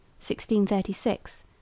1636